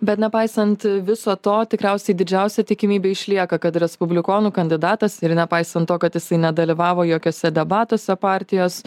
bet nepaisant viso to tikriausiai didžiausia tikimybė išlieka kad respublikonų kandidatas ir nepaisant to kad jisai nedalyvavo jokiuose debatuose partijos